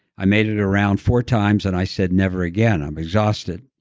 i made it around four times and i said, never again. i'm exhausted,